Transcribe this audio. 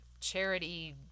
charity